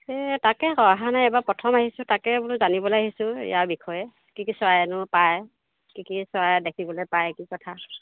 এই তাকে আকৌ অহা নাই এবাৰ প্ৰথম আহিছোঁ তাকে বোলো জানিবলৈ আহিছোঁ ইয়াৰ বিষয়ে কি কি চৰাইনো পায় কি কি চৰাই দেখিবলৈ পায় কি কথা